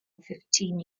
fifteen